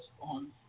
on